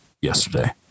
yesterday